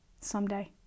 someday